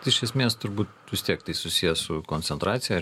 iš esmės turbūt vis tiek tai susiję su koncentracija